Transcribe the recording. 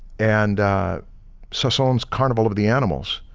and saint-saens carnival of the animals,